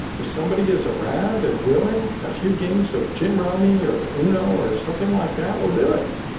if somebody is around and willing, a few games of gin rummy or uno or something like that, will do it.